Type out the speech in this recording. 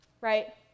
right